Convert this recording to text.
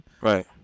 right